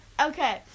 Okay